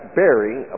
bearing